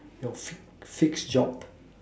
your fix fix job